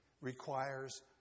requires